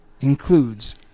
includes